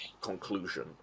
conclusion